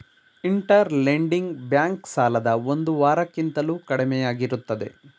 inter lending bank ಸಾಲದ ಒಂದು ವಾರ ಕಿಂತಲೂ ಕಡಿಮೆಯಾಗಿರುತ್ತದೆ